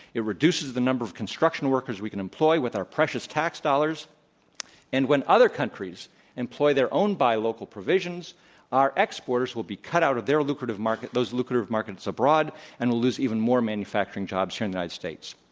it reduces the number of construction workers we can employ with our precious tax dollars and when other countries employ their own buy local provisions our exporters will be cut out of their lucrative market, those lucrative markets abroad and will lose even more manufacturing jobs here in the united states.